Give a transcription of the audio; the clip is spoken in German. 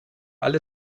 alle